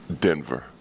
Denver